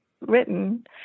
written